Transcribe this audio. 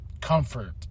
comfort